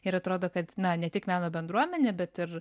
ir atrodo kad ne tik meno bendruomenė bet ir